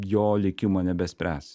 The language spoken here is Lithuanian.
jo likimo nebespręs